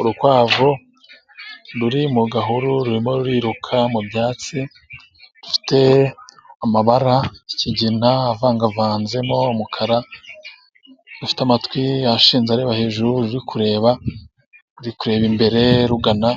Urukwavu ruri mu gahuru rurimo ruriruka mu byatsi, rufite amabara y'ikigina avangavanzemo umukara, rufite amatwi ashinze areba hejuru, ruri kureba imbere rugana